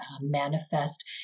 manifest